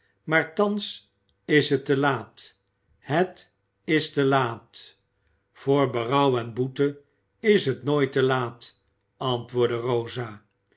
maar thans is het te laat het is te laat voor berouw en boete is het nooit te laat antwoordde rosa